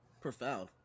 profound